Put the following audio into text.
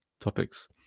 topics